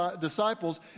disciples